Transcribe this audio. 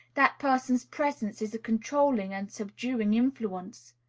that person's presence is a controlling and subduing influence.